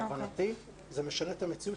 להבנתי זה משנה את המציאות.